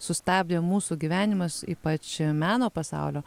sustabdė mūsų gyvenimas ypač meno pasaulio